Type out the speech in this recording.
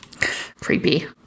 Creepy